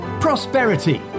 prosperity